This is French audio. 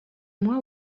mois